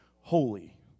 holy